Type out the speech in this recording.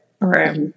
right